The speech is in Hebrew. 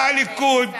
בא הליכוד ואומר: